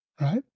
right